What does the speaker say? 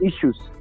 issues